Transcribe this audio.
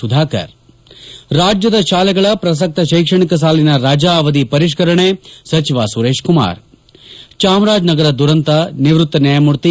ಸುಧಾಕರ್ ರಾಜ್ಲದ ಶಾಲೆಗಳ ಪ್ರಸಕ್ತ ಶೈಕ್ಷಣಿಕ ಸಾಲಿನ ರಜಾ ಅವಧಿ ಪರಿಷ್ಠರಣೆ ಸಚಿವ ಸುರೇಶ್ ಕುಮಾರ್ ಚಾಮರಾಜನಗರ ದುರಂತ ನಿವೃತ್ತ ನ್ಯಾಯಮೂರ್ತಿ ಬಿ